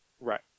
Right